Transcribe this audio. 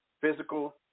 physical